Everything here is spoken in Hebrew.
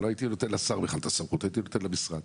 לא הייתי נותן לשר את הסמכות אלא למשרד.